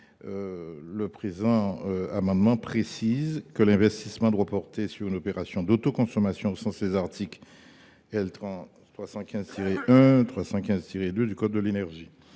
le présent amendement tend à préciser que l’investissement doit porter sur une opération d’autoconsommation au sens des articles L. 315 1 et L. 315 2 du code de l’énergie.